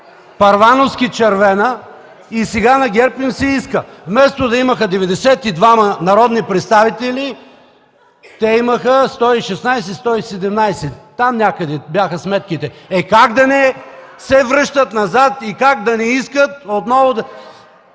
Първановски червена и сега на ГЕРБ им се иска. Вместо да имаха 92 народни представители, те имаха 116-117, там някъде бяха сметките. Е, как да не се връщат назад и как да не искат отново ...